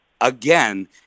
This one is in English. again